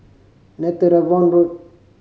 Netheravon Road